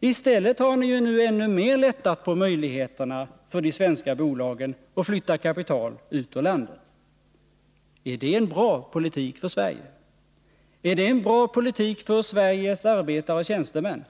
I stället har ni ju ännu mer lättat på möjligheterna för de svenska bolagen att flytta kapital ut ur landet. Är det en bra politik för Sverige? Är det en bra politik för Sveriges arbetare och tjänstemän?